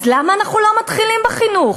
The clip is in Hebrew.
אז למה אנחנו לא מתחילים בחינוך?